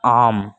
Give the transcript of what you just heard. ஆம்